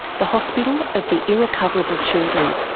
the hospital of the irrecoverable children.